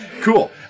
cool